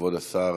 כבוד השר,